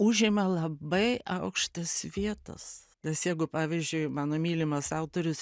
užima labai aukštas vietas nes jeigu pavyzdžiui mano mylimas autorius